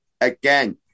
again